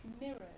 mirrors